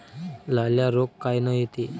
लाल्या रोग कायनं येते?